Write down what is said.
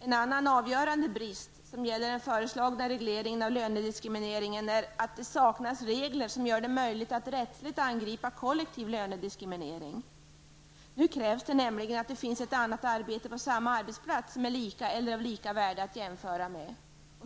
En annan avgörande brist när det gäller den föreslagna regleringen av lönediskriminering är att det saknas regler som gör det möjligt att rättsligt angripa kollektiv lönediskriminering. Nu krävs nämligen att det finns ett annat arbete på samma arbetsplats som är lika eller av lika värde att jämföra med.